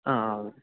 ഹഹഹ